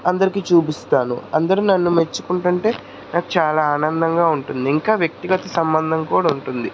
అందరికీ చూపిస్తాను అందరూ నన్ను మెచ్చుకుంటుంటే నాకు చాలా ఆనందంగా ఉంటుంది ఇంకా వ్యక్తిగత సంబంధం కూడా ఉంటుంది